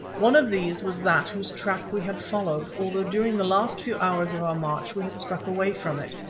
one of these was that whose track we had followed, although during the last few hours of our march we had struck away from it,